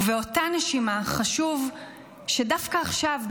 ובאותה נשימה חשוב שדווקא עכשיו,